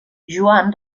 joan